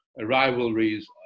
rivalries